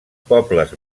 pobles